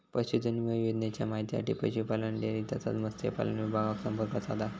पशुधन विमा योजनेच्या माहितीसाठी पशुपालन, डेअरी तसाच मत्स्यपालन विभागाक संपर्क साधा